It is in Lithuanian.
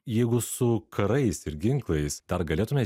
jeigu su karais ir ginklais dar galėtume